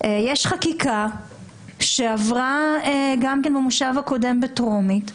יש חקיקה שעברה גם כן במושב הקודם בטרומית.